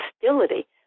hostility